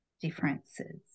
differences